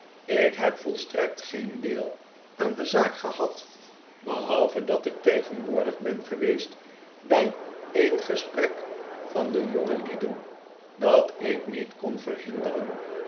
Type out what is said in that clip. ik heb volstrekt geen deel aan de zaak gehad behalve dat ik tegenwoordig ben geweest bij een gesprek van de jongelieden dat ik niet kon verhinderen